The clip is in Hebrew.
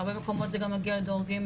בהרבה מקומות זה גם מגיע גם לדור ג',